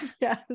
yes